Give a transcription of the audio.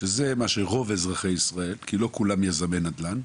שזה מה שרוב אזרחי ישראל כי לא כולם יזמי נדל"ן.